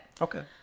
Okay